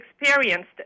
experienced